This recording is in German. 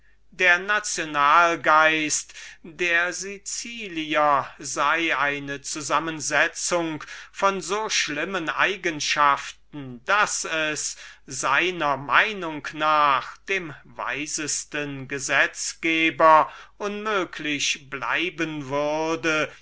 der national geist der sicilianer sei eine zusammensetzung von so schlimmen eigenschaften daß es seiner meinung nach dem weisesten gesetzgeber unmöglich bleiben würde